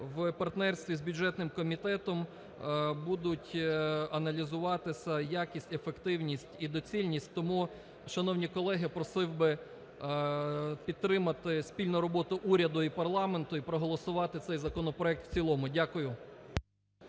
в партнерстві з бюджетним комітетом будуть аналізуватися якість, ефективність і доцільність. Тому, шановні колеги, я просив би підтримати спільну роботу уряду і парламенту, і проголосувати цей законопроект в цілому. Дякую.